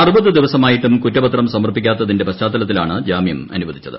അറുപതു ദിവസമായിട്ടും കുറ്റപത്രം സമർപ്പിക്കാത്തിന്റെ പശ്ചാത്തലത്തിലാണ് ജാമൃം അനുവദിച്ചത്